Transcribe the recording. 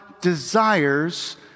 desires